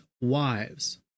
wives